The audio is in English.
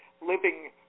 living